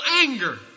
anger